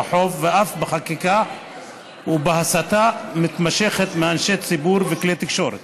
ברחוב ואף בחקיקה ובהסתה מתמשכת מאנשי ציבור וכלי תקשורת.